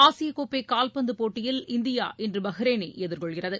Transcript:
ஆசியக்கோப்பை கால்பந்து போட்டியில் இந்தியா இன்று பஹ்ரைனை எதிர்கொள்கிறது